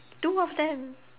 two of them